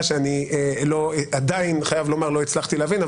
שאני חייב לומר שעדיין לא הצלחתי להבין,